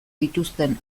dituzten